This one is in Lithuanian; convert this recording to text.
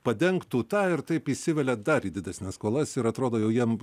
padengtų tą ir taip įsivelia dar didesnes skolas ir atrodo jau jiems